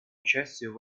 участию